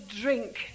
drink